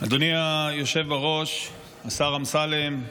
אדוני היושב בראש, השר אמסלם,